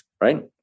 right